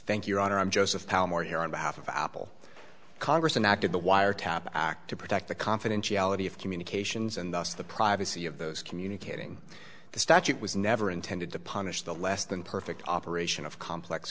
thank your honor i'm joseph how more here on behalf of apple congress an act of the wiretap act to protect the confidentiality of communications and thus the privacy of those communicating the statute was never intended to punish the less than perfect operation of complex